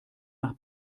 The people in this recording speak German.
nach